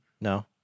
No